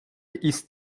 ist